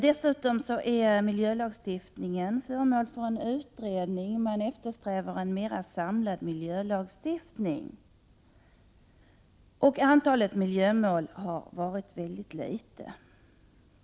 Dessutom är miljölagstiftningen föremål för en utredning. Man eftersträvar en mera samlad miljölagstiftning. Antalet miljömål har varit mycket litet.